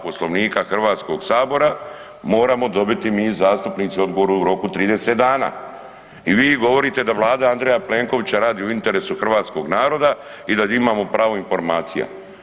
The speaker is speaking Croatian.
Poslovnika HS-a moramo dobiti mi zastupnici odgovor u roku 30 dana i vi govorite da Vlada Andreja Plenkovića radi u interesu hrvatskog naroda i da imamo pravo informacija.